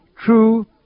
true